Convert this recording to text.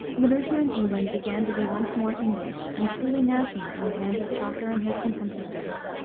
literature in england began to be once more english and truly national in the hands of chaucer and his contemporaries,